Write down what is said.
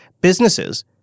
businesses